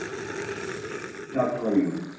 it's not for you.